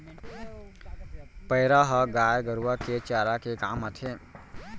पैरा ह गाय गरूवा के चारा के काम आथे